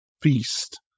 feast